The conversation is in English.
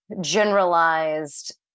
generalized